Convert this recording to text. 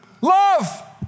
Love